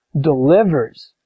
delivers